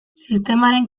sistemaren